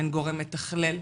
אין גורם מתכלל,